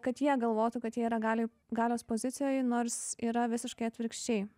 kad jie galvotų kad jie yra galioj galios pozicijoj nors yra visiškai atvirkščiai